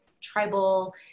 tribal